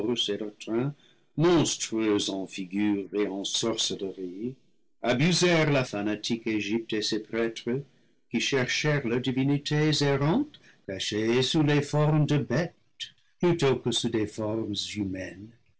en figures et en sorcelleries abusèrent la fanatique egypte et ses prêtres qui cherchèrent leurs divinités errantes cachées sous des formes de bêtes plutôt que sous des formes humaines